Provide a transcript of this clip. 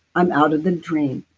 i'm out of the dream.